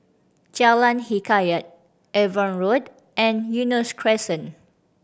Jalan Hikayat Avon Road and Eunos Crescent